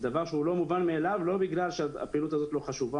דבר שהוא לא מובן מאליו לא בגלל שהפעילות הזאת לא חשובה